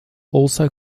also